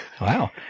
Wow